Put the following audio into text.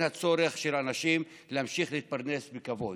הצורך של אנשים להמשיך להתפרנס בכבוד.